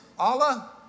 Allah